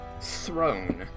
throne